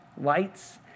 Lights